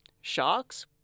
Sharks